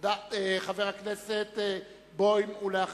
חבר הכנסת בוים, בבקשה.